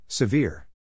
Severe